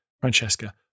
Francesca